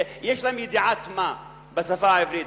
יש להם ידיעת-מה בשפה העברית,